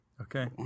Okay